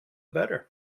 better